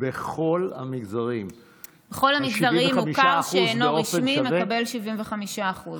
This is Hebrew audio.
זאת אומרת שבכל המגזרים ה-75% באופן שווה?